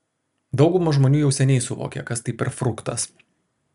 dauguma žmonių jau seniai suvokė kas tai per fruktas